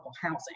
housing